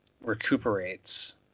recuperates